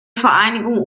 vereinigung